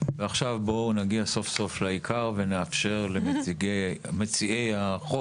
עכשיו בואו נגיע סוף-סוף לעיקר ונאפשר למצעי החוק